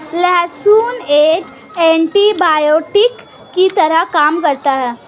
लहसुन एक एन्टीबायोटिक की तरह काम करता है